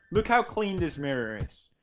look how clean this mirror is.